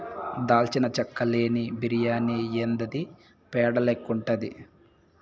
దాల్చిన చెక్క లేని బిర్యాని యాందిది పేడ లెక్కుండాది